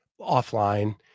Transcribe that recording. offline